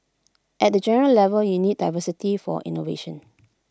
at the general level you need diversity for innovation